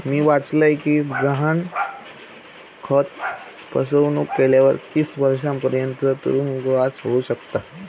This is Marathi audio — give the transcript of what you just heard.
मी वाचलय कि गहाणखत फसवणुक केल्यावर तीस वर्षांपर्यंत तुरुंगवास होउ शकता